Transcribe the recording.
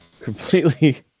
completely